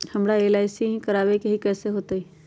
हमरा एल.आई.सी करवावे के हई कैसे होतई?